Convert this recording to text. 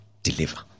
deliver